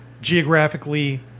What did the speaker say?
geographically